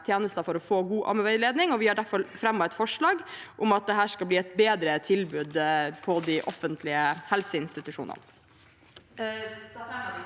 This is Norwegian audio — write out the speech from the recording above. tjenester for å få god ammeveiledning. Vi har derfor fremmet et forslag om at det skal bli et bedre tilbud på de offentlige helseinstitusjonene. Da fremmer jeg